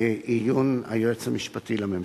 לעיון היועץ המשפטי לממשלה.